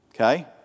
Okay